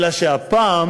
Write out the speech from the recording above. אלא שהפעם